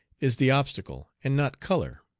is the obstacle, and not color.